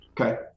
okay